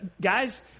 guys